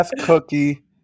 cookie